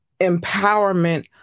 empowerment